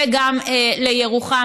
וגם לירוחם.